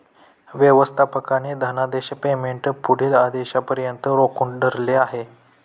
व्यवस्थापकाने धनादेश पेमेंट पुढील आदेशापर्यंत रोखून धरले आहे